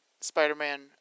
Spider-Man